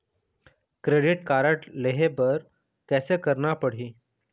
Credit card लेहे बर कैसे करना पड़ही?